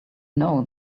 know